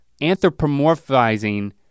anthropomorphizing